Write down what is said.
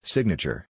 Signature